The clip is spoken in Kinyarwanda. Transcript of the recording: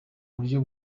buryo